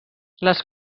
les